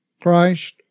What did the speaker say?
Christ